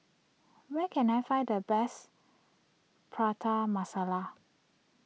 where can I find the best Prata Masala